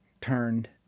turned